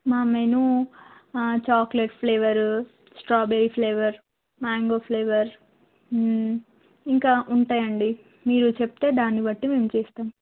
మా menu chocolate flavour strawberry flavour mango flavour ఇంకా ఉంటాయండి మీరు చెప్తే దాన్ని బట్టి మేము చేస్తాం